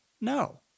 No